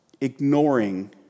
ignoring